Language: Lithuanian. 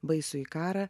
baisųjį karą